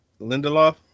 Lindelof